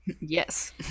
Yes